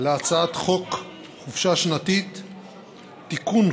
להצעת חוק חופשה שנתית (תיקון,